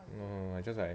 no no no I just like